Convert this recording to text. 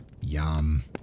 Yum